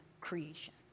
creation